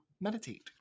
meditate